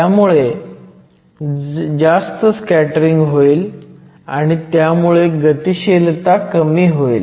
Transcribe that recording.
त्यामुळे जास्त स्कॅटरिंग होईल आणि त्यामुळे गतिशीलता कमी होईल